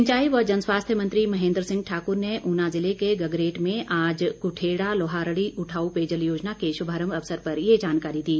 सिंचाई व जन स्वास्थ्य मंत्री महेन्द्र सिंह ठाकुर ने ऊना ज़िले के गगरेट में आज कुठेड़ा लोहारड़ी उठाऊ पेयजल योजना के शुभारम्भ अवसर पर ये जानकारी दी